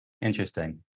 Interesting